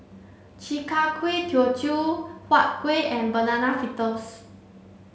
Chi Kak Kuih Teochew Huat Kueh and banana fritters